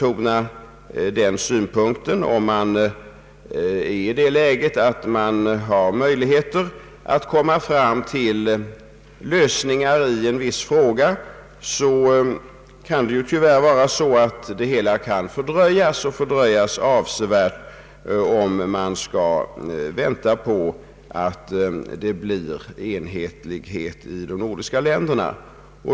Om den situationen föreligger att vi har möjligheter att komma fram till lösningar i en viss fråga kan tyvärr dessa fördröjas avsevärt om vi skall vänta på att enhetlighet råder i de nordiska länderna.